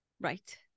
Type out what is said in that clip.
Right